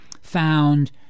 found